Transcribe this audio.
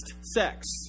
sex